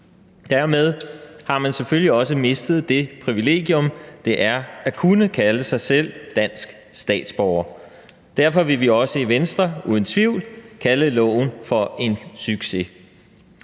Dermed har man selvfølgelig også mistet det privilegium, det er at kunne kalde sig selv dansk statsborger. Derfor vil vi også i Venstre, uden tvivl, kalde loven for en succes.